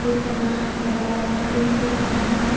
ᱞᱟᱹᱭ ᱛᱮᱱᱟᱜ ᱢᱟᱱᱮ ᱵᱟᱲᱟᱭ ᱛᱮᱱᱟᱜ ᱟᱹᱰᱤ ᱠᱤᱪᱷᱩ ᱛᱟᱦᱮᱸ ᱠᱟᱱᱟ